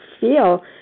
feel